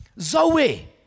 Zoe